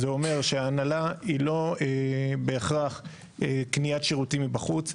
זה אומר שההנהלה היא לא בהכרח קניית שירותים מבחוץ,